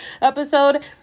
episode